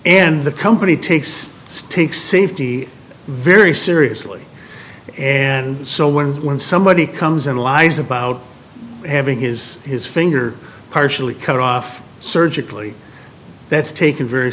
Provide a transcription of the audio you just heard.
and the company takes take safety very seriously and so when when somebody comes in lies about having his his finger partially cut off surgically that's taken very